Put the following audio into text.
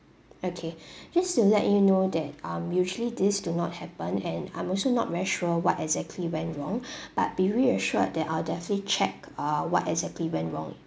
okay just to let you know that um usually this do not happen and I'm also not very sure what exactly went wrong but be reassured that I will definitely check uh what exactly went wrong